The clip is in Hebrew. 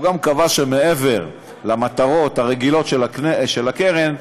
הוא גם קבע שמעבר למטרות הרגילות של הקרן,